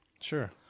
Sure